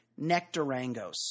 nectarangos